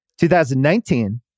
2019